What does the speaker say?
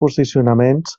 posicionaments